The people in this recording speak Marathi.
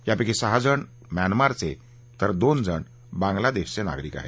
यापैकी सहाजण म्यानमारचे तर दोन जण बांगलादेशचे नागरिक आहेत